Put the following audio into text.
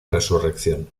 resurrección